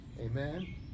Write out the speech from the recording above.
amen